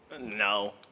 No